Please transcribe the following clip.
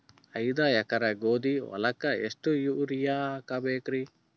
ಐದ ಎಕರಿ ಗೋಧಿ ಹೊಲಕ್ಕ ಎಷ್ಟ ಯೂರಿಯಹಾಕಬೆಕ್ರಿ?